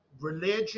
religion